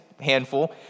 handful